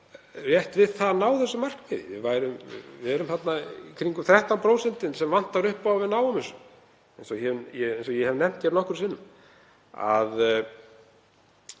rétt við það að ná þessu markmiði, það er í kringum 13% sem vantar upp á að við náum þessu, eins og ég hef nefnt hér nokkrum sinnum.